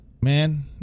man